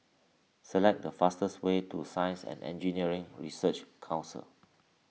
select the fastest way to Science and Engineering Research Council